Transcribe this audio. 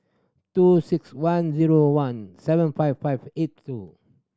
two six one zero one seven five five eight two